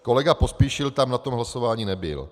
Kolega Pospíšil na tom hlasování nebyl.